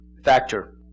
factor